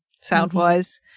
sound-wise